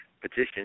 petition